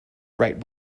right